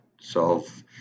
solve